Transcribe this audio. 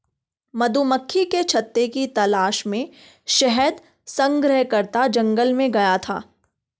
मधुमक्खी के छत्ते की तलाश में शहद संग्रहकर्ता जंगल में गया था